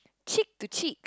cheek to cheek